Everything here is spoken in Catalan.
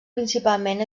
principalment